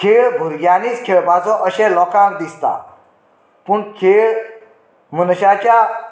खेळ भुरग्यांनीच खेळपाचो अशें लोकांक दिसता पूण खेळ मनशाच्या